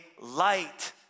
light